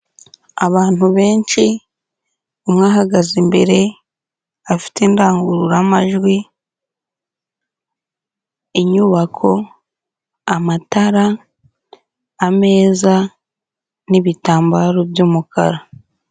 Abantu benshi umwe ahahagaze imbere afite indangururamajwi, inyubako, amatara, ameza, n'ibitambaro byumukara.